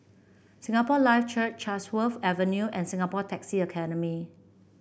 Singapore Life Church Chatsworth Avenue and Singapore Taxi Academy